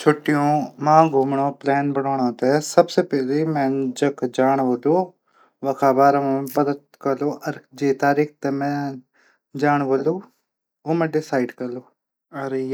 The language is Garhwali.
छुट्टियों मा घुमण प्लान बणाणो सबसे पैली मिन जख जॉण होलू वखा बारा मा पता कन जै तारीख तै हमन जाण होलू ऊ मै डिसाडिड कलू